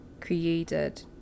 created